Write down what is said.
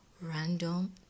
random